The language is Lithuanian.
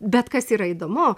bet kas yra įdomu